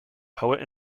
poet